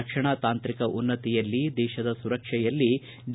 ರಕ್ಷಣಾ ತಾಂತ್ರಿಕ ಉನ್ನತಿಯಲ್ಲಿ ದೇಶದ ಸುರಕ್ಷತೆಯಲ್ಲಿ ಡಿ